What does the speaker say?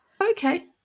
Okay